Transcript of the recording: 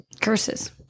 Curses